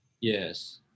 Yes